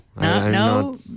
No